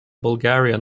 bulgarian